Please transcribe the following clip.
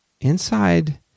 inside